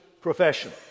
profession